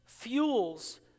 fuels